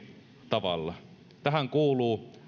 tavalla tähän kuuluu